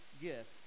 gift